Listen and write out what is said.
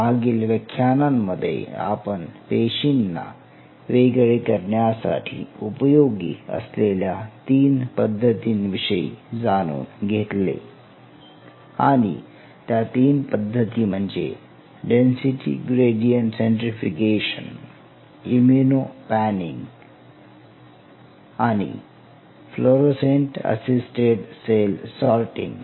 मागील व्याख्यानांमध्ये आपण पेशींना वेगळे करण्यासाठी उपयोगी असलेल्या तीन पद्धतींविषयी जाणून घेतले आणि त्या तीन पद्धती म्हणजे density gradient centrifugation immuno panning fluorescent assisted cell sorting